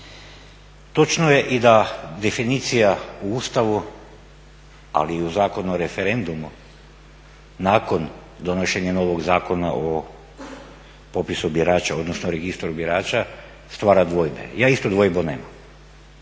Točno je i da definicija u Ustavu, ali i u Zakonu o referendumu nakon donošenja novog Zakona o popisu birača odnosno registru birača stvara dvojbe. Ja isto dvojbu nemam,